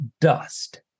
dust